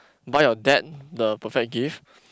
buy your dad the perfect gift